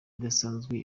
idasanzwe